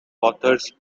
authors